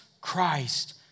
Christ